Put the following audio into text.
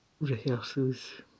rehearsals